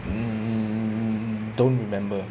mm don't remember